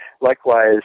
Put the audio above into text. Likewise